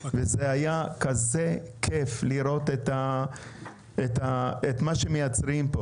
זה היה כזה כייף לראות את מה שמייצרים פה.